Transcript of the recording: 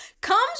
comes